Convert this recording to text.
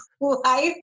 life